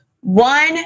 one